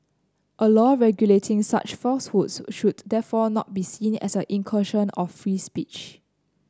a law regulating such falsehoods should therefore not be seen as an incursion of free speech